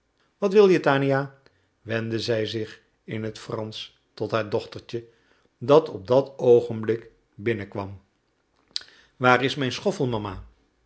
wat wil je tania wendde zij zich in het fransch tot haar dochtertje dat op dat oogenblik binnen kwam waar is mijn schoffel mama